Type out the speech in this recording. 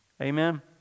Amen